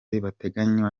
bateganya